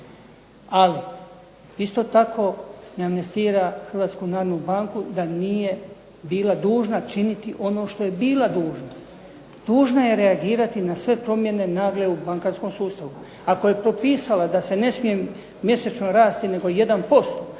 ali isto tako ne amnestira Hrvatsku narodnu banku da nije bila dužna činiti ono što je bila dužna. Dužna je reagirati na sve promjene nagle u bankarskom sustavu. Ako je propisala da se ne smije mjesečno rasti nego 1%,